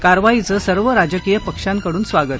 कारवाईचं सर्व राजकीय पक्षांकडून स्वागत